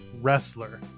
wrestler